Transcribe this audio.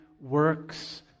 works